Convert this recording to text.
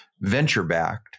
venture-backed